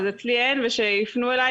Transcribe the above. אז אצלי אין ושיפנו אלי.